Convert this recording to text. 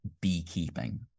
beekeeping